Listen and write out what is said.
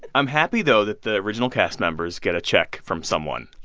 i'm happy, though, that the original cast members get a check from someone